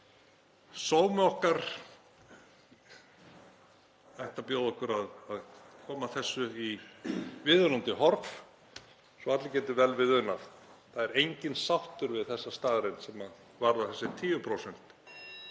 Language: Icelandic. Sómi okkar ætti að bjóða okkur að koma þessu í viðunandi horf svo að allir geti vel við unað. Það er enginn sáttur við þessa staðreynd sem varðar þessi 10%.